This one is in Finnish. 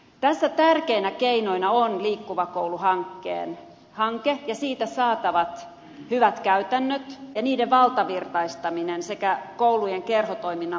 tässä tärkeinä keinoina on liikkuva koulu hanke ja siitä saatavat hyvät käytännöt ja niiden valtavirtaistaminen sekä koulujen kerhotoiminnan vakinaistaminen